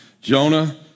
Jonah